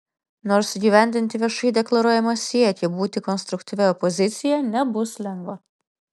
nors įgyvendinti viešai deklaruojamą siekį būti konstruktyvia opozicija nebus lengva